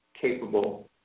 capable